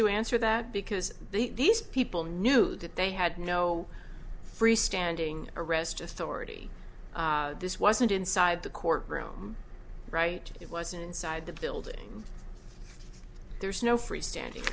you answer that because these people knew that they had no free standing arrest authority this wasn't inside the courtroom right it was inside the building there's no free standing